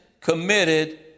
committed